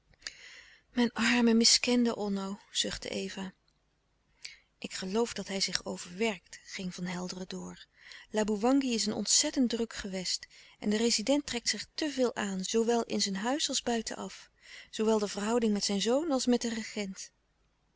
mijn arme miskende onno zuchte eva ik geloof dat hij zich overwerkt ging van helderen door laboewangi is een ontzettend druk gewest en de rezident trekt zich te veel aan zoowel in zijn huis als buiten-af zoowel de verhouding met zijn zoon als met den regent